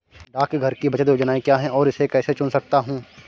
डाकघर की बचत योजनाएँ क्या हैं और मैं इसे कैसे चुन सकता हूँ?